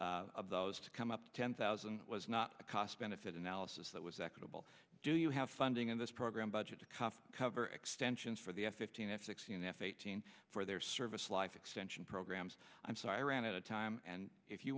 of those to come up ten thousand was not a cost benefit analysis that was equitable do you have funding in this program budget to cough cover extensions for the f fifteen s sixteen f eighteen for their service life extension programs i'm sorry i ran out of time and if you